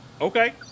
Okay